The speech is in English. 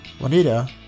Juanita